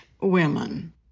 women